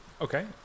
Okay